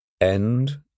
End